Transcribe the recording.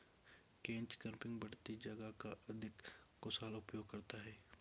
catch cropping बढ़ती जगह का अधिक कुशल उपयोग करता है